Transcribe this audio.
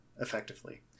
effectively